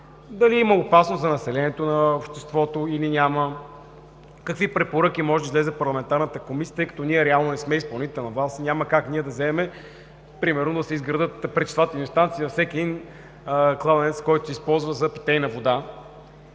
дали има опасност за населението и обществото, или няма, с какви препоръки може да излезе Парламентарната комисия, тъй като ние реално не сме изпълнителна власт, няма как да вземем решение – примерно да се изградят пречиствателни станции за всеки един кладенец, който се използва за питейна вода.